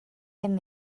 gen